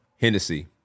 Hennessy